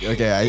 Okay